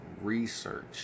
research